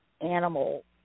animal